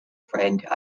friend